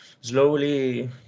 slowly